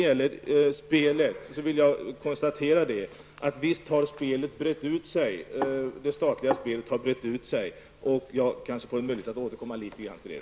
Avslutningsvis vill jag konstatera att det statliga spelet har brett ut sig, och jag kanske får möjlighet att återkomma litet till det.